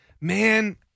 man